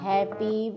Happy